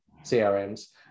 crms